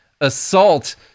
assault